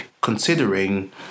considering